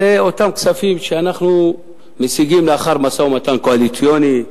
אלה אותם כספים שאנחנו משיגים לאחר משא-ומתן קואליציוני,